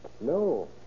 No